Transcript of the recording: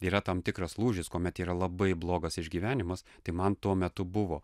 yra tam tikras lūžis kuomet yra labai blogas išgyvenimas tai man tuo metu buvo